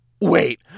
Wait